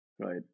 Right